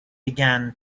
began